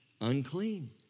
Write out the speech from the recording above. unclean